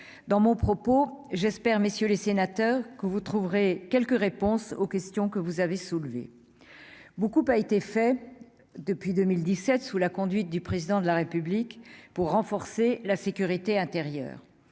dans mon propos, mesdames, messieurs les sénateurs, quelques réponses aux questions que vous avez soulevées. Beaucoup a été fait depuis 2017, sous la conduite du Président de la République, pour renforcer la sécurité intérieure.